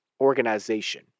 organization